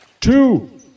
two